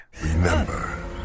Remember